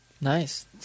Nice